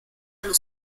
allo